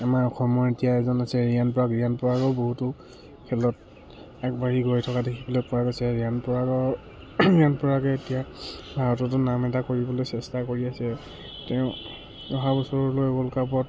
আমাৰ অসমৰ এতিয়া এজন আছে ৰিয়ান পৰাগ ৰিয়ান পৰাগো বহুতো খেলত আগবাঢ়ি গৈ থকা দেখিবলৈ পোৱা গৈছে ৰিয়ান পৰাগৰ ৰিয়ান পৰাগে এতিয়া ভাৰততো নাম এটা কৰিবলৈ চেষ্টা কৰি আছে তেওঁ অহা বছৰলৈ ৱৰ্ল্ড কাপত